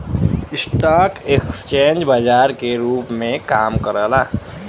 stock exchange बाजार के रूप में काम करला